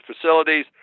facilities